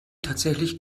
tatsächlich